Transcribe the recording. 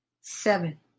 seven